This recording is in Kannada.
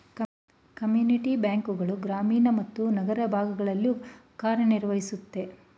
ಕಮ್ಯುನಿಟಿ ಬ್ಯಾಂಕ್ ಗಳು ಗ್ರಾಮೀಣ ಮತ್ತು ನಗರ ಭಾಗಗಳಲ್ಲೂ ಕಾರ್ಯನಿರ್ವಹಿಸುತ್ತೆ